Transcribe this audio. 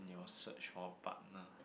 in your search for a partner